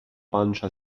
pancia